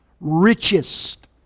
Richest